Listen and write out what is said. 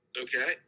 Okay